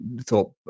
thought